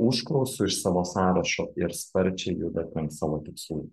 užklausų iš savo sąrašo ir sparčiai judat link savo tikslų